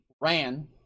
Ran